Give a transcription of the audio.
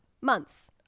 months